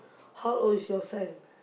how old is your son